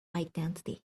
identity